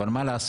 אבל מה לעשות,